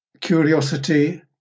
curiosity